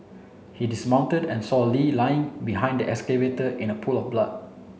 he dismounted and saw Lee lying behind the excavator in a pool of blood